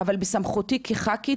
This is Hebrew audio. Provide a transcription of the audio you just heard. אבל בסמכותי כח"כית,